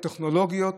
טכנולוגיות,